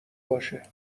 باشه